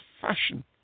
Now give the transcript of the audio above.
fashion